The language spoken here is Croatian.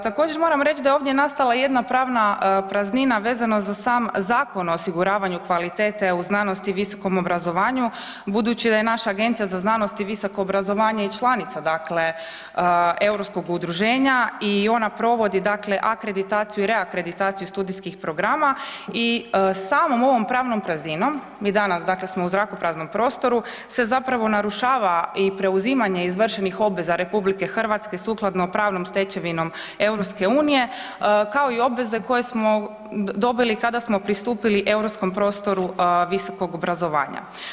Također moram reći da je ovdje nastala jedna pravna praznina vezano za sam Zakon o osiguravanju kvalitete u znanosti i visokom obrazovanju budući da je naša Agencija za znanost i visoko obrazovanje i članica dakle europskog udruženja i ona provodi dakle akreditaciju i reakreditaciju studijskih programa i samom ovom pravnom prazninom, i danas dakle smo u zrakopraznom prostoru se zapravo narušava i preuzimanje izvršenih obveza RH sukladno pravnom stečevinom EU-a kao i obveze koje smo dobili kada smo pristupili europskom prostoru visokog obrazovanja.